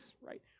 right